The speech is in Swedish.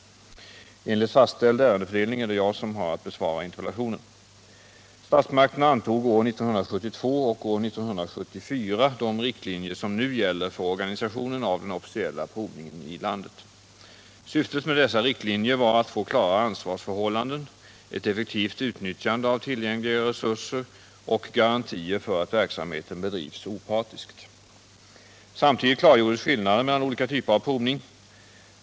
Enligt fastställd ärendefördelning är det jag som har att besvara interpellationen. Statsmakterna antog år 1972 och år 1974 de riktlinjer som nu gäller för organisationen av den officiella provningen i landet. Syftet med dessa riktlinjer var att få klara ansvarsförhållanden, ett effektivt utnyttjande av tillgängliga resurser och garantier för att verksamheten bedrivs opartiskt. Samtidigt klargjordes skillnaden mellan olika typer av provning.